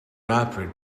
rapid